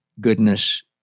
goodness